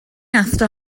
athro